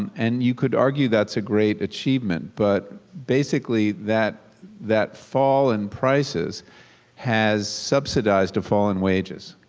and and you could argue that's a great achievement. but basically that that fall in prices has subsidized to fallen wages.